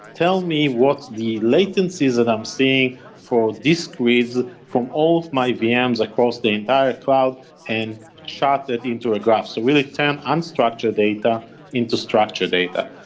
tell me what the latencies that i'm seeing for disk reads, from all my vms across the entire cloud and shot that into a graph. so really turn unstructured data into structured data.